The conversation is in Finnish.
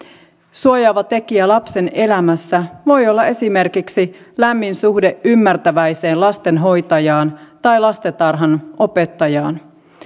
suojaava tekijä lapsen elämässä voi olla esimerkiksi lämmin suhde ymmärtäväiseen lastenhoitajaan tai lastentarhanopettajaan